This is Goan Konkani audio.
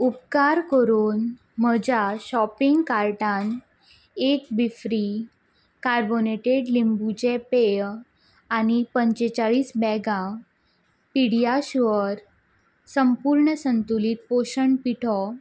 उपकार करून म्हज्या शॉपिंग कार्टान एक बिफ्री कार्बोनेटेड लिंबूचें पेय आनी पंचेचाळीस बेगां पिडिया शुअर संपूर्ण संतुलित पोशण पिठो